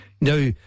Now